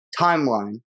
timeline